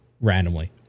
Randomly